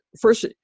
First